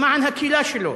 למען הקהילה שלו